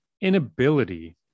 inability